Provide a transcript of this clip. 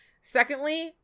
Secondly